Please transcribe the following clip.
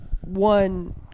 one